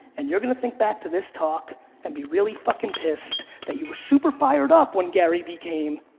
and you're gonna think back to this talk and be really fucking pissed that you were super fired up when gary vee came,